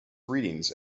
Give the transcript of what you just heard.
readings